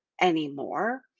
anymore